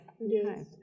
Yes